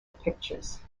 pictures